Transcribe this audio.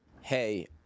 hey